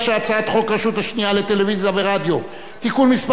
ההצעה להעביר את הצעת חוק הרשות השנייה לטלוויזיה ורדיו (תיקון מס'